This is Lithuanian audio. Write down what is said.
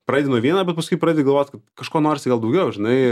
pradedi nuo vieno bet paskui pradedi galvot kad kažko norisi gal daugiau žinai